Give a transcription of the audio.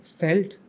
felt